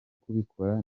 kubikora